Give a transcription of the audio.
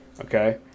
Okay